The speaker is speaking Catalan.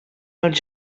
els